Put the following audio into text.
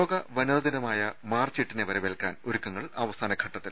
ലോക വനിതാദിനമായ മാർച്ച് എട്ടിനെ വരവേൽക്കാൻ ഒരു ക്കങ്ങൾ അവസാനഘട്ടത്തിൽ